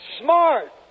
smart